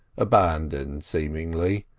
abandoned seemingly.